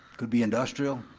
could be industrial.